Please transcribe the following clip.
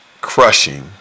crushing